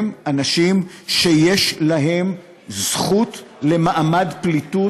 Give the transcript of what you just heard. הם אנשים שיש להם זכות למעמד פליטות.